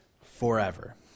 forever